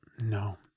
no